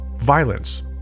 Violence